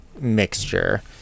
mixture